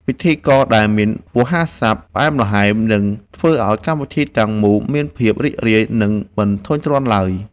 ពិធីករដែលមានវោហារស័ព្ទផ្អែមល្ហែមនឹងធ្វើឱ្យកម្មវិធីទាំងមូលមានភាពរីករាយ និង មិនធុញទ្រាន់ឡើយ។